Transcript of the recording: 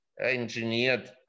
engineered